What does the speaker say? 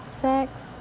sex